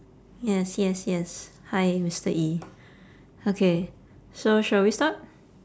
yes yes yes hi mister E okay so shall we start